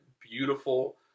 beautiful